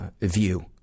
view